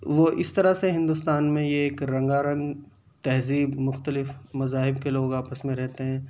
وہ اس طرح سے ہندوستان میں ایک رنگارنگ تہذیب مختلف مذاہب کے لوگ آپس میں رہتے ہیں